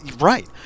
Right